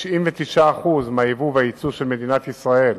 כ-99% מהיבוא והיצוא של מדינת ישראל